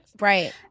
Right